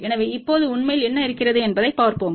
எனவே இப்போது உண்மையில் என்ன இருக்கிறது என்பதைப் பார்ப்போம்